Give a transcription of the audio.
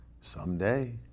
Someday